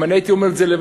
אם אני הייתי אומר את זה,